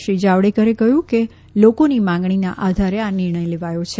શ્રી જાવડેકરે કહ્યું કે લોકોની માંગણીની આધારે આ નિર્ણય લેવાયો છે